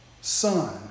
son